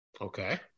Okay